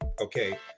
okay